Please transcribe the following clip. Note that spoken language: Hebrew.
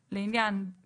אבל אין כאן הגדרה.